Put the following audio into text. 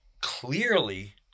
clearly